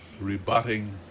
rebutting